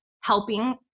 helping